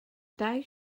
dau